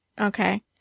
Okay